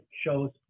shows